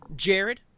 Jared